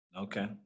Okay